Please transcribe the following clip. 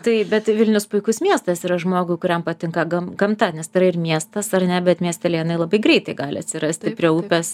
taip bet vilnius puikus miestas yra žmogui kuriam patinka gam gamta nes tai yra ir miestas ar ne bet miestelėnai labai greitai gali atsirasti prie upės